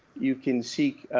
you can seek,